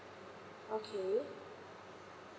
okay